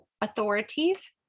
authorities